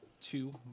Two